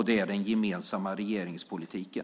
Det är den gemensamma regeringspolitiken.